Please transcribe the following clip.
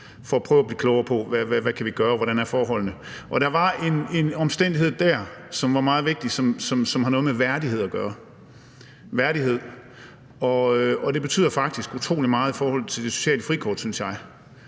at blive klogere på, hvad vi kan gøre, og hvordan forholdene er. Der var én omstændighed der, som var meget vigtig, og det har noget med værdighed at gøre. Det betyder faktisk utrolig meget i forhold til det sociale frikort, synes jeg.